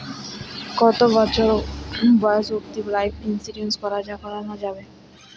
কতো বছর বয়স অব্দি লাইফ ইন্সুরেন্স করানো যাবে?